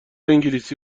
انگلیسی